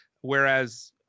Whereas